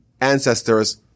ancestors